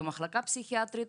במחלקה פסיכיאטרית,